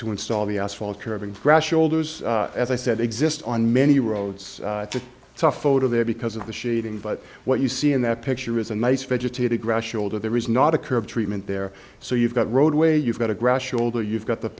to install the asphalt curving grass shoulders as i said exist on many roads it's a photo there because of the shading but what you see in that picture is a nice vegetate aggression older there is not a curb treatment there so you've got roadway you've got a grass shoulder you've got the